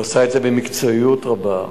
והיא עושה את זה במקצועיות רבה.